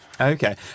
Okay